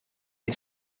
een